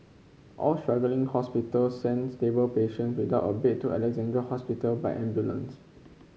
all struggling hospital send stable patient without a bed to Alexandra Hospital by ambulance